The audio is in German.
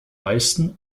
meisten